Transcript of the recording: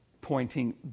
pointing